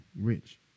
Rich